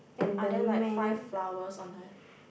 are there like five flowers on her